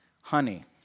Honey